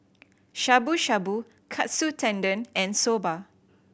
Shabu Shabu Katsu Tendon and Soba